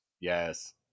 Yes